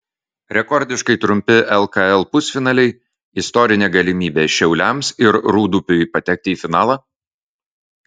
rekordiškai trumpi lkl pusfinaliai istorinė galimybė šiauliams ir rūdupiui patekti į finalą